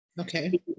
Okay